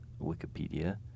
Wikipedia